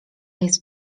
jest